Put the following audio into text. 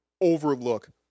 overlook